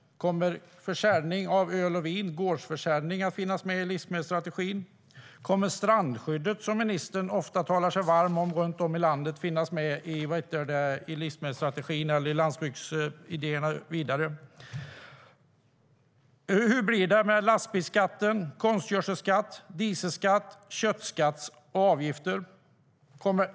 Kommer gårdsförsäljning av öl och vin att finnas med i livsmedelsstrategin? Kommer strandskyddet, som ministern ofta talar sig varm för runt om i landet, att finnas med i livsmedelsstrategin eller i landsbygdsidéerna? Hur blir det med lastbilsskatt, konstgödselskatt, dieselskatt, köttskatt och avgifter?